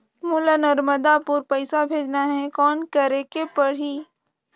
मोला नर्मदापुर पइसा भेजना हैं, कौन करेके परही?